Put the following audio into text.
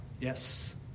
Yes